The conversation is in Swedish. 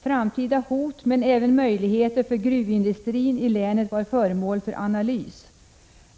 Framtida hot men även möjligheter för gruvindustrin i länet var föremål för analys.